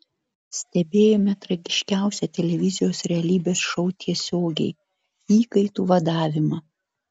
stebėjome tragiškiausią televizijos realybės šou tiesiogiai įkaitų vadavimą